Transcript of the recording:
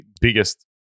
biggest